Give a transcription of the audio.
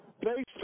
based